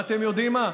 ואתם יודעים מה?